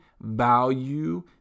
value